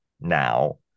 now